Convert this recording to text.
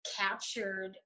captured